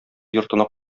йортына